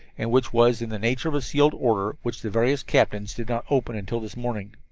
and which was in the nature of a sealed order which the various captains did not open until this morning.